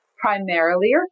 primarily